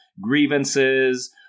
grievances